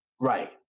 Right